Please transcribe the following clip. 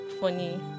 funny